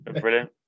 brilliant